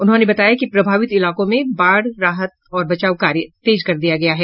उन्होंने बताया कि प्रभावित इलाकों में राहत और बचाव कार्य तेज कर दिया गया है